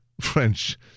French